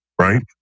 right